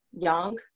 young